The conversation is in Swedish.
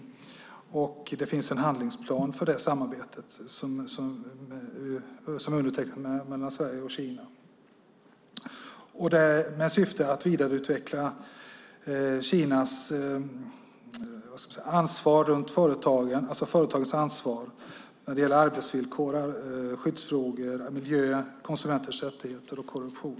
Sverige och Kina har undertecknat en handlingsplan för det samarbetet med syfte att vidareutveckla företagens ansvar när det gäller arbetsvillkor, skyddsfrågor, miljö, konsumenters rättigheter och korruption.